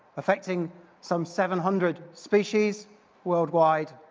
affecting some seven hundred species worldwide,